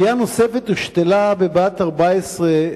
כליה נוספת הושתלה בבת 14,